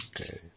Okay